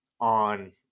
on